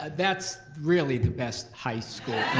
ah that's really the best high school.